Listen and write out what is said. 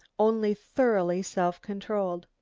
only thoroughly self-controlled.